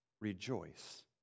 Rejoice